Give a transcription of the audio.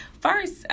first